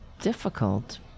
difficult